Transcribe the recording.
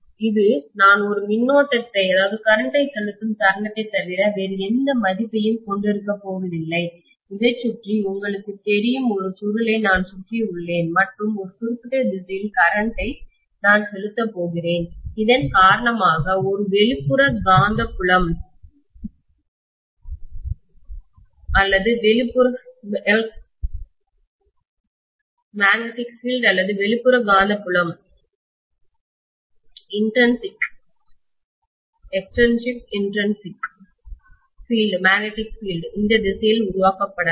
இது நான் ஒரு மின்னோட்டத்தை கரண்ட்டை செலுத்தும் தருணத்தைத் தவிர வேறு எந்த மதிப்பையும் கொண்டிருக்கப்போவதில்லை இதைச் சுற்றி உங்களுக்குத் தெரியும் ஒரு சுருளை நான் சுற்றி உள்ளேன் மற்றும் ஒரு குறிப்பிட்ட திசையில் கரண்ட்டை மின்னோட்டத்தை நான் செலுத்தப் போகிறேன் இதன் காரணமாக ஒரு வெளிப்புற காந்தப்புலம் எக்ஸ்ட்ரீன்சிக் மேக்னெட்டிக் பீல்டு அல்லது வெளிப்புற காந்தப்புலம் எக்ஸ்ட்டர்ணல் மேக்னெட்டிக் பீல்டு இந்த திசையில் உருவாக்கப்படலாம்